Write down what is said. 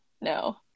No